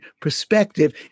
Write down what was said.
perspective